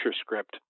script